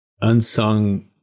unsung